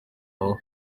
aho